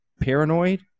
paranoid